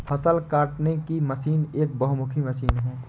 फ़सल काटने की मशीन एक बहुमुखी मशीन है